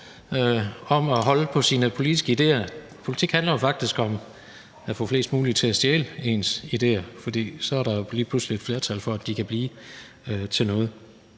om at holde på sine politiske idéer. Politik handler jo faktisk om at få flest mulige til at stjæle ens idéer, for så er der jo lige pludselig et flertal for, at de kan blive til noget.